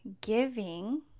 giving